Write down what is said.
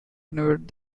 invade